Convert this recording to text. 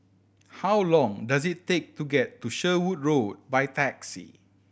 how long does it take to get to Sherwood Road by taxi